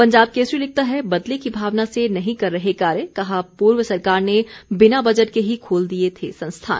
पंजाब केसरी लिखता है बदले की भावना से नहीं कर रहे कार्य कहा पूर्व सरकार ने बिना बजट के ही खोल दिये थे संस्थान